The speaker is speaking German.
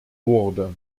wurde